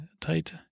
tight